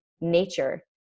nature